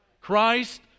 Christ